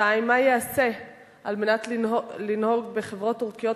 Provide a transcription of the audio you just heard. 2. מה ייעשה כדי לנהוג בחברות טורקיות